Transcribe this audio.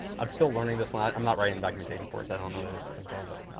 i'm still learning this one. i'm not writing documentation for this. i don't know this as well. but